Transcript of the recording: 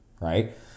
right